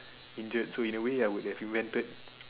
injured so in a way I would have invented